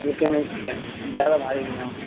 ہلکے میں چاہیے زیادہ بھاری بھی نہ ہو